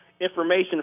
information